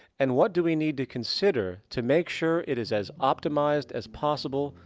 and what do we need to consider to make sure it is as optimized as possible,